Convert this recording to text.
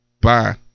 Bye